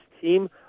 team